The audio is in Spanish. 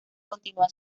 continua